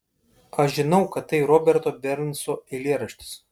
aš žinau kad tai roberto bernso eilėraštis